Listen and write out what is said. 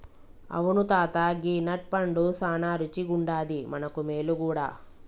అవును తాత గీ నట్ పండు సానా రుచిగుండాది మనకు మేలు గూడా